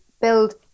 build